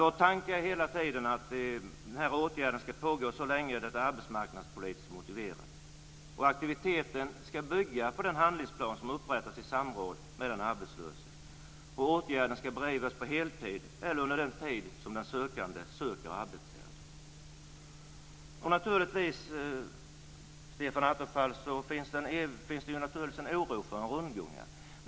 Vår tanke har hela tiden varit att den här åtgärden ska pågå så länge den är arbetsmarknadspolitiskt motiverad. Aktiviteten ska bygga på den handlingsplan som har upprättats med den arbetslöse. Åtgärden ska bedrivas på heltid eller under den tid som den arbetslöse söker arbete. Naturligtvis finns det en oro för att det ska bli en rundgång här, Stefan Attefall.